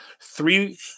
three